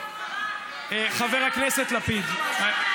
חבר הכנסת לפיד, די.